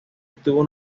estuvo